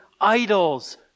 idols